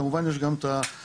כמובן יש גם את הסכנות.